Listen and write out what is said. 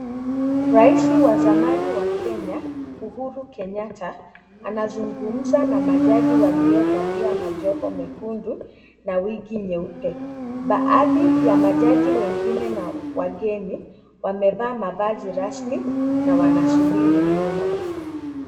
Rais wa zamani wa Kenya, Uhuru Kenyatta, anazungumza na majaji waliovalia majoho mekundu na wigi nyeupe. Baadhi ya majaji wengine na wageni wamevaa mavazi rasmi na wanasubiri nyuma.